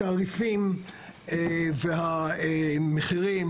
התעריפים והמחירים